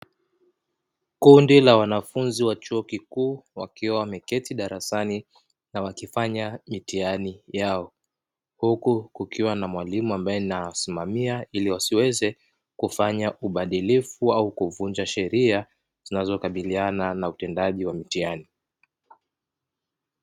Kundi la wanafunzi wa chuo kikuu wakiwa wameketi darasani na wakifanya mitihani yao, huku kukiwa na mwalimu ambae anawasimamia, ili wasiweze kufanya ubadilifu au kuvunja sheria zinazokabiliana na utendaji wa mitihani.